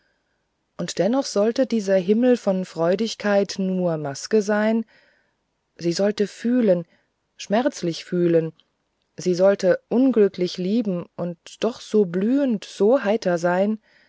und dennoch sollte dieser himmel von freudigkeit nur maske sein sie sollte fühlen schmerzlich fühlen sie sollte unglücklich lieben und doch so blühend so heiter sein